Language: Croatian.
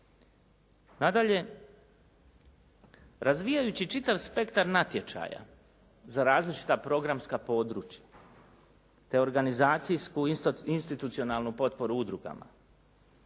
Nadalje, razvijajući čitav spektar natječaja za različita programska područja te organizacijsku institucionalnu potporu udrugama